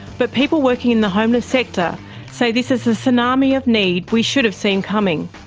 but people working in the homeless sector say this is a tsunami of need we should have seen coming.